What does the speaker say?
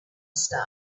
star